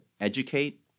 educate